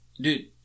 Dude